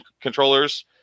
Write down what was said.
controllers